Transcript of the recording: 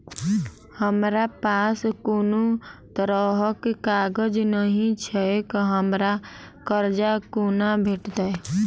हमरा पास कोनो तरहक कागज नहि छैक हमरा कर्जा कोना भेटत?